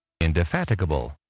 indefatigable